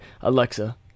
Alexa